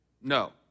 No